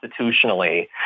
institutionally